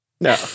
No